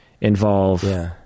involve